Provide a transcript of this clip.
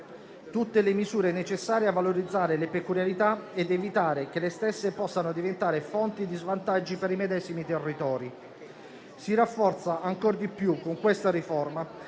tutte le misure necessarie a valorizzare le peculiarità ed evitare che le stesse possano diventare fonte di svantaggi per i medesimi territori. Si rafforza ancora di più, con questa riforma,